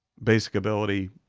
basic ability,